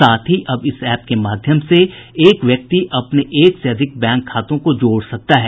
साथ ही अब इस एप के माध्यम से एक व्यक्ति अपने एक से अधिक बैंक खातों को जोड़ सकता है